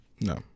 No